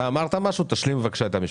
חיים, אמרת משהו, תשלים בבקשה את המשפט.